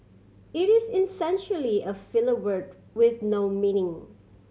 it is essentially a filler word with no meaning